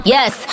Yes